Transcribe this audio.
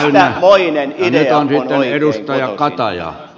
mistä moinen idea on oikein kotoisin